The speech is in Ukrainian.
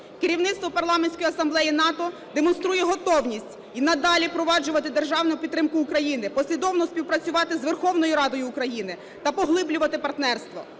Керівництво Парламентської асамблеї НАТО демонструє готовність і надалі впроваджувати державну підтримку України, послідовно співпрацювати з Верховною Радою України та поглиблювати партнерство.